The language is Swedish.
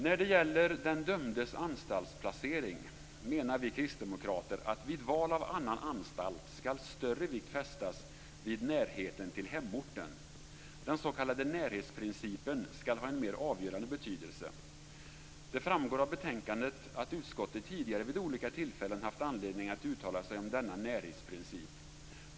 När det gäller den dömdes anstaltsplacering menar vi kristdemokrater att större vikt skall fästas vid närheten till hemorten vid val av annan anstalt. Den s.k. närhetsprincipen skall ha en mer avgörande betydelse. Det framgår av betänkandet att utskottet tidigare vid olika tillfällen haft anledning att uttala sig om denna närhetsprincip.